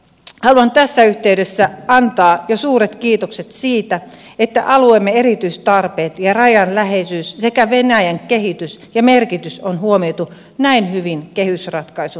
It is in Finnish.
haluan tässä yhteydessä antaa jo suuret kiitokset siitä että alueemme erityistarpeet ja rajan läheisyys sekä venäjän kehitys ja merkitys on huomioitu näin hyvin kehysratkaisun yhteydessä